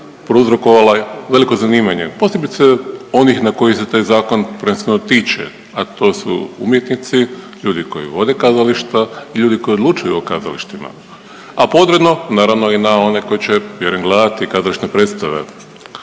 prouzrokovala veliko zanimanje posebice onih na koje se taj zakon prvenstveno tiče, a to su umjetnici, ljudi koji vode kazališta, ljudi koji odlučuju o kazalištima a podredno naravno i na one koji će vjerujem gledati kazališne predstave.